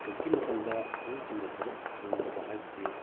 ꯍꯧꯖꯤꯛꯀꯤ ꯃꯇꯝꯗ ꯌꯨꯠꯁꯤꯡꯅ ꯊꯕꯛ ꯐꯪꯗꯕ ꯍꯥꯏꯕꯁꯤ